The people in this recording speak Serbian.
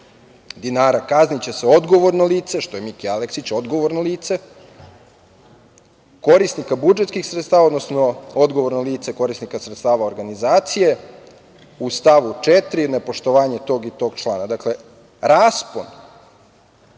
dinara kazniće se odgovorno lice, što je Miki Aleksić, odgovorno lice, korisnika budžetskih sredstava, odnosno odgovorno lice korisnika sredstava organizacije, u stavu 4. nepoštovanje tog i tog člana. Dakle, raspon